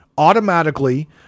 automatically